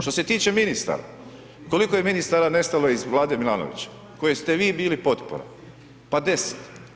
Što se tiče ministara, koliko je ministara nestalo iz vlade Milanovića kojem ste vi bili potpora, pa 10.